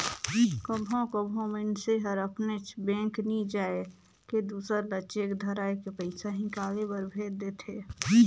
कभों कभों मइनसे हर अपनेच बेंक नी जाए के दूसर ल चेक धराए के पइसा हिंकाले बर भेज देथे